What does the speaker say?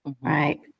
Right